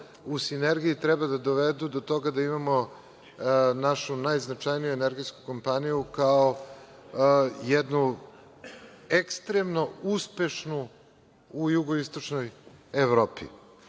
u sinergiji treba da dovedu do toga da imamo našu najznačajniju energetsku kompaniju kao jednu ekstremno uspešnu u jugoistočnoj Evropi. Ciljevi